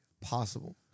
possible